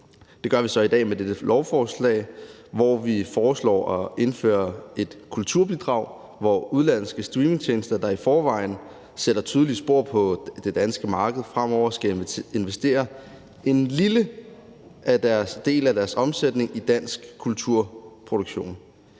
Det gør vi så i dag med dette lovforslag, hvor vi foreslår at indføre et kulturbidrag, hvor udenlandske streamingtjenester, der i forvejen sætter tydelige spor på det danske marked, fremover skal investere en lille del af deres omsætning i dansk kulturproduktion.